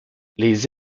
les